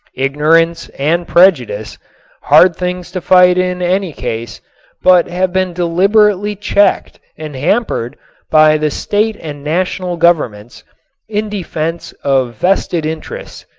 ignorance and prejudice hard things to fight in any case but have been deliberately checked and hampered by the state and national governments in defense of vested interests.